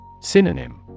Synonym